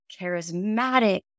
charismatic